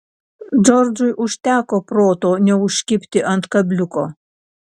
džordžui užteko proto neužkibti ant kabliuko